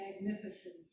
magnificence